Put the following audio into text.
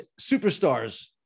superstars